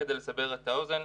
אומרת,